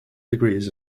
degrees